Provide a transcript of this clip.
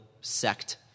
sect